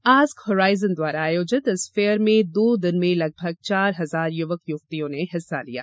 ask Horizon द्वारा आयोजित इस फेयर में दो दिन में लगभग चार हजार युवक युवतियों ने हिस्सा लिया